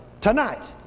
tonight